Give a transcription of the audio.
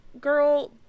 girl